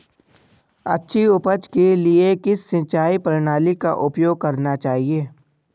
अच्छी उपज के लिए किस सिंचाई प्रणाली का उपयोग करना चाहिए?